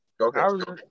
Okay